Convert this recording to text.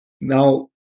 Now